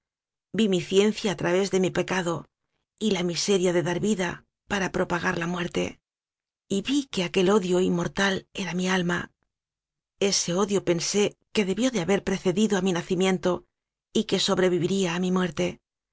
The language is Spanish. vi mi ciencia a través de mi pecado y la miseria de dar vida para propagar la muerte y vi que aquel odio inmortal era mi alma ese odio pensé que debió de haber precedido aminacimientoy que i sobreviviría a mi muerte